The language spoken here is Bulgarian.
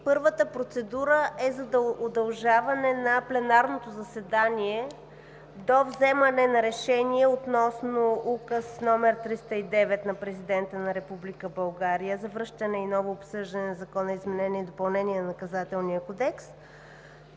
Първата процедура е за удължаване на пленарното заседание до вземане на решение относно Указ № 309 на Президента на Република България за връщане и ново обсъждане на Закона за изменение и допълнение на Наказателния кодекс.